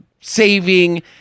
saving